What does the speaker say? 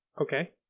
Okay